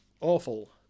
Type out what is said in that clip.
awful